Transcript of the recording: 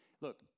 Look